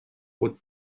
aux